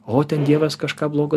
o ten dievas kažką blogo